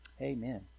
Amen